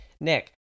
nick